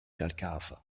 thalcave